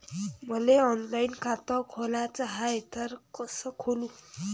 मले ऑनलाईन खातं खोलाचं हाय तर कस खोलू?